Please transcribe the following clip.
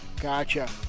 Gotcha